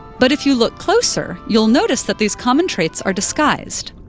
but if you look closer, you'll notice that these common traits are disguised.